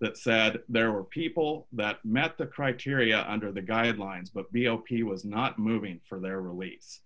that said there were people that met the criteria under the guidelines but the opi was not moving for their release